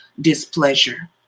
displeasure